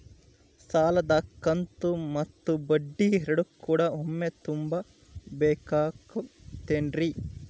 ಸಾಲದ ಕಂತು ಮತ್ತ ಬಡ್ಡಿ ಎರಡು ಕೂಡ ಒಮ್ಮೆ ತುಂಬ ಬೇಕಾಗ್ ತೈತೇನ್ರಿ?